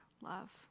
love